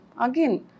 again